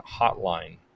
Hotline